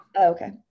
okay